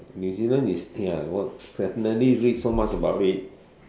New Zealand is ya wh~ definitely read so much about it